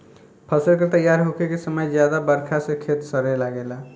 फसल के तइयार होखे के समय ज्यादा बरखा से खेत सड़े लागेला